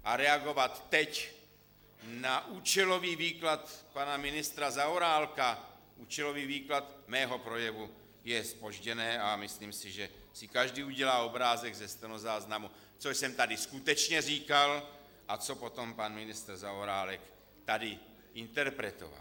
A reagovat teď na účelový výklad pana ministra Zaorálka, účelový výklad mého projevu, je zpožděné a myslím si, že si každý udělal obrázek ze stenozáznamu, co jsem tady skutečně říkal a co potom pan ministr Zaorálek tady interpretoval.